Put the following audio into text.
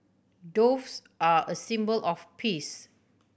doves are a symbol of peace